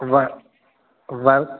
व व